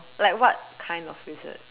like what kind of visit